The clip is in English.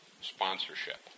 sponsorship